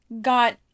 Got